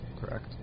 correct